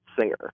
singer